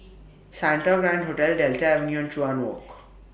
Santa Grand Hotel Delta Avenue and Chuan Walk